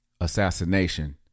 assassination